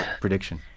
prediction